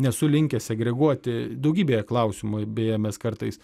nesu linkęs segreguoti daugybėje klausimų beje mes kartais